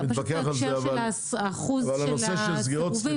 פשוט בהקשר של האחוז של הסירובים,